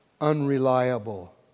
unreliable